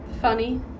Funny